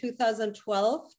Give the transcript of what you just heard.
2012